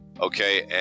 Okay